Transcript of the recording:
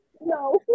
No